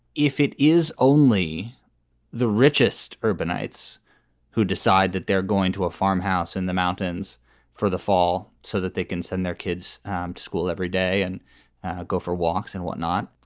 if it is only the richest urbanites who decide that they're going to a farmhouse in the mountains for the fall so that they can send their kids um to school every day and go for walks and what not.